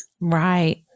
Right